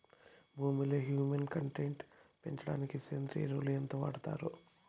భూమిలో humus content పెంచడానికి సేంద్రియ ఎరువు ఎంత వాడుతారు